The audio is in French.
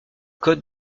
code